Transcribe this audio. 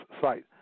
site